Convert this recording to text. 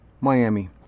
Miami